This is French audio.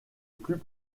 plus